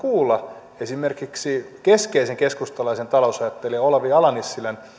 kuulla esimerkiksi keskeisen keskustalaisen talousajattelijan olavi ala nissilän